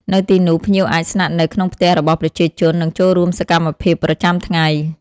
នៅទីនោះ ភ្ញៀវអាចស្នាក់នៅក្នុងផ្ទះរបស់ប្រជាជន និងចូលរួមសកម្មភាពប្រចាំថ្ងៃ។